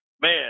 Man